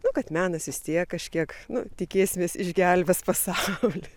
nu kad menas vis tiek kažkiek tikėsimės išgelbės pasaulį